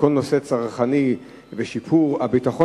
כדי שכל הנושא הצרכני וכל שיפור הביטחון